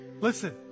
listen